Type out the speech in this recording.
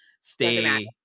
stay